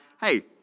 hey